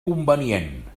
convenient